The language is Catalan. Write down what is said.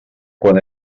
quan